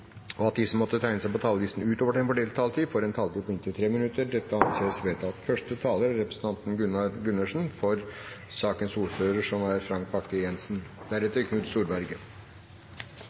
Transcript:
og at de som måtte tegne seg på talerlisten utover den fordelte taletid, får en taletid på inntil 3 minutter. – Det anses vedtatt. Første taler er representanten Gunnar Gundersen, som får ordet på vegne av sakens ordfører, Frank Bakke-Jensen. I Frank